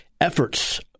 efforts